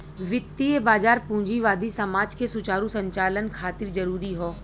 वित्तीय बाजार पूंजीवादी समाज के सुचारू संचालन खातिर जरूरी हौ